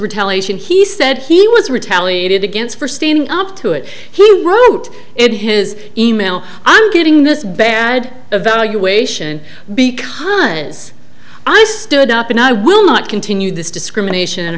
retaliation he said he was retaliated against for standing up to it he wrote it his email i'm getting this bad evaluation because i stood up and i will not continue this discrimination and